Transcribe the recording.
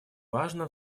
важно